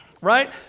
right